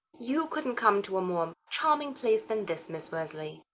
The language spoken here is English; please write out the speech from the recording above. you couldn't come to a more charming place than this, miss worsley,